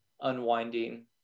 unwinding